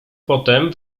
potem